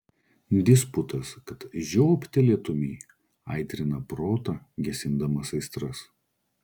disputas kad žioptelėtumei aitrina protą gesindamas aistras